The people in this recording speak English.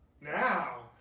Now